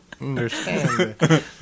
understand